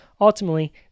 ultimately